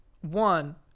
One